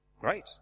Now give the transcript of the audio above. Great